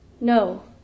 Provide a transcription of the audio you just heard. No